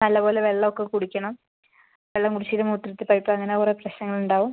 നല്ലത് പോലെ വെള്ളം ഒക്കെ കുടിക്കണം വെള്ളം കുടിച്ചില്ലെങ്കിൽ മൂത്രത്തിൽ പഴുപ്പ് അങ്ങനെ കുറെ പ്രശ്നങ്ങൾ ഉണ്ടാവും